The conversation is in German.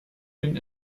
den